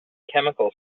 chemical